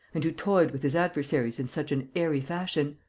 and who toyed with his adversaries in such an airy fashion?